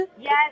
Yes